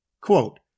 Quote